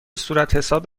صورتحساب